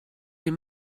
les